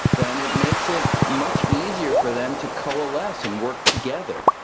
then it makes it much easier for them to coalesce and work together.